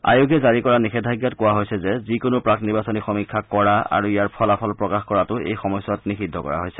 আয়োগে জাৰি কৰা নিষেধাজ্ঞাত কোৱা হৈছে যে যিকোনো প্ৰাক্ নিৰ্বাচনী সমীক্ষা কৰা আৰু ইয়াৰ ফলাফল প্ৰকাশ কৰাটো এই সময়ছোৱাত নিষিদ্ধ কৰা হৈছে